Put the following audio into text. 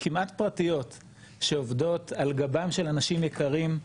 כמעט פרטיות, שעובדות על גבם של אנשים יקרים,